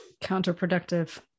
Counterproductive